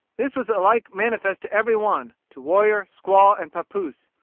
this was alike manifest to every one, to warrior, squaw, and pappoose.